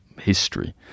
history